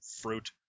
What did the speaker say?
fruit